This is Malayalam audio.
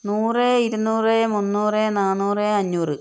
നൂറ് ഇരുനൂറ് മുന്നൂറ് നാനൂറ് അഞ്ഞൂറ്